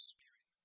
Spirit